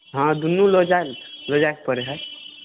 हँ दुनू लऽ जाय लऽ जायके पड़ै हइ